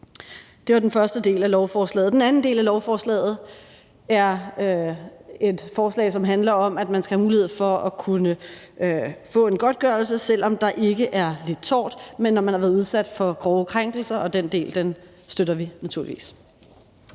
Det var den første del af lovforslaget. Den anden del af lovforslaget er et forslag, som handler om, at man skal have mulighed for at kunne få en godtgørelse, selv om der ikke er lidt tort, men når man har været udsat for grove krænkelser, og den del støtter vi naturligvis.